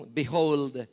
behold